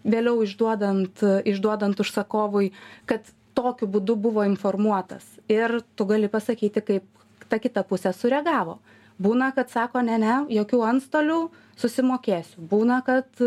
vėliau išduodant išduodant užsakovui kad tokiu būdu buvo informuotas ir tu gali pasakyti kaip ta kita pusė sureagavo būna kad sako ne ne jokių antstolių susimokėsiu būna kad